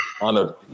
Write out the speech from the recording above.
honor